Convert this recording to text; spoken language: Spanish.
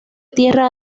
tierra